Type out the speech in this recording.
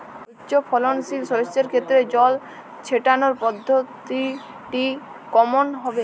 উচ্চফলনশীল শস্যের ক্ষেত্রে জল ছেটানোর পদ্ধতিটি কমন হবে?